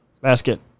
Basket